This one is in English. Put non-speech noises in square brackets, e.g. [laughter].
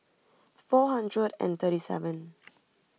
four hundred and thirty seven [noise]